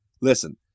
Listen